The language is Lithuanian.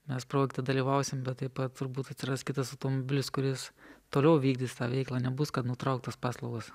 mes projekte dalyvausim bet taip pat turbūt atsiras kitas automobilis kuris toliau vykdys tą veiklą nebus kad nutrauktos paslaugos